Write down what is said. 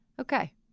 Okay